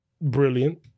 Brilliant